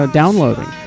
downloading